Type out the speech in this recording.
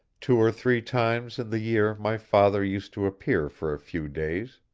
two or three times in the year my father used to appear for a few days.